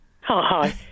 Hi